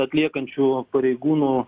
atliekančių pareigūnų